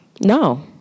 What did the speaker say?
No